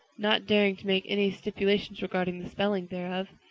not daring to make any stipulations regarding the spelling thereof,